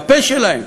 הפה שלהם.